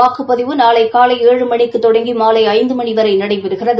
வாக்குப்பதிவு நாளை காலை ஏழு மணிக்கு தொடங்கி மாலை ஐந்து மணி வரை நடைபெறுகிறது